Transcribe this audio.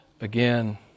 again